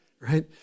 right